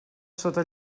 sota